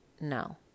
no